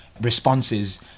responses